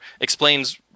explains